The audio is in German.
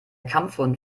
kampfhund